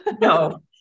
no